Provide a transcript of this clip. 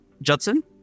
judson